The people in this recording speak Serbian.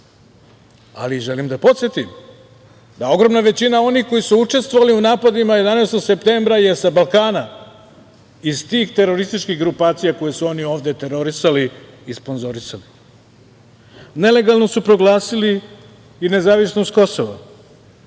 ali želim da podsetim da ogromna većina onih koji su učestvovali u napadima 11. septembra je sa Balkana iz tih terorističkih grupacija koje su oni ovde terorisali i sponzorisali. Nelegalno su proglasili i nezavisnost Kosova,